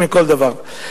מכל דבר.